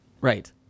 Right